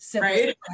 Right